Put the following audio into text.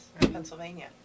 Pennsylvania